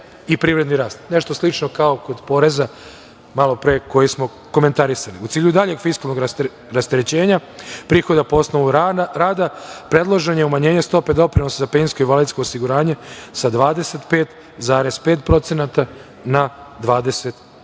i privredni rast. Nešto slično kao kod poreza malopre koji smo komentarisali.U cilju daljeg fiskalnog rasterećenja, prihoda po osnovu rada predloženo je umanjenje stope doprinosa za penzijsko-invalidsko osiguranje sa 25,5% na 25%.